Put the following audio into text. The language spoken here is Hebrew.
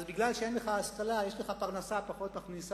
אבל מפני שאין לך השכלה יש לך פרנסה פחות מכניסה